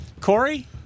Corey